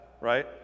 right